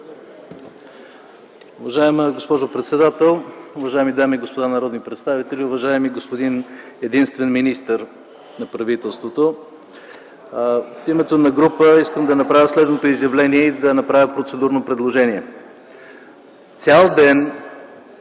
Уважаема госпожо председател, уважаеми дами и господа народни представители, уважаеми господин единствен министър от правителството! От името на група искам да направя следното изявление и да направя процедурно предложение. Цял ден